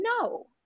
no